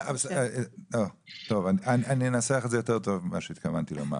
טוב, אני אנסח את זה יותר טוב ממה שהתכוונתי לומר.